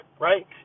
right